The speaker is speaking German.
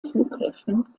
flughäfen